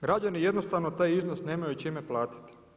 Građani jednostavno taj iznos nemaju čime platiti.